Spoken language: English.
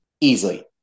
easily